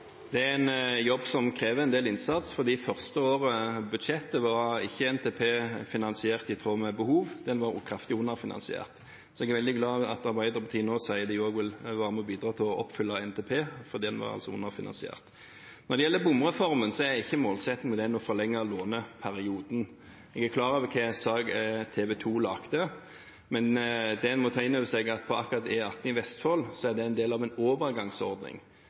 Det er en jobb som krever en del innsats fordi i budsjettet det første året var ikke NTP finansiert i tråd med behov, den var kraftig underfinansiert. Jeg er veldig glad for at Arbeiderpartiet nå sier de også vil være med og bidra til å oppfylle NTP, for den var altså underfinansiert. Når det gjelder bomreformen, er ikke målsettingen med den å forlenge låneperioden. Jeg er klar over hva slags sak TV 2 laget, men det en må ta inn over seg, er at på akkurat E18 i Vestfold er det en del av en overgangsordning.